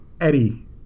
Eddie